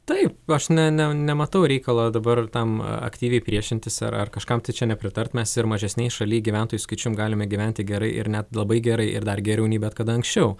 taip aš ne ne nematau reikalo dabar tam aktyviai priešintis ar ar kažkam tai čia nepritart mes ir mažesnėj šaly gyventojų skaičiumi galime gyventi gerai ir net labai gerai ir dar geriau nei bet kada anksčiau